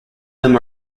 them